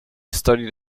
studied